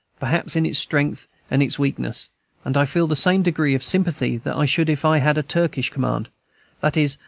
perhaps, in its strength and its weakness and i feel the same degree of sympathy that i should if i had a turkish command that is,